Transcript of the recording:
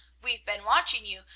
we've been watching you,